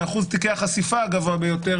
באחוז תיקי החשיפה הגבוה ביותר.